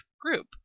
group